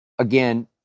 again